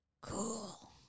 Cool